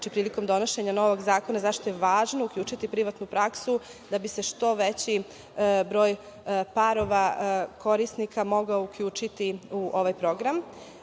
sada prilikom donošenja novog zakona je važno uključiti privatnu praksu, da bi se što veći broj parova korisnika mogao uključiti u ovaj program. Ja